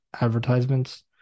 advertisements